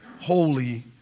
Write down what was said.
holy